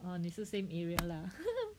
oh 你是 same area lah